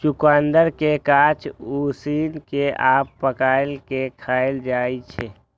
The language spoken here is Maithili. चुकंदर कें कांच, उसिन कें आ पकाय कें खाएल जाइ छै